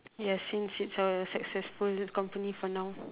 yes since a successful company for now